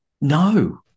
no